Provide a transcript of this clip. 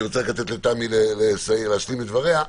אני רוצה רק לתת לתמי להשלים את דבריה,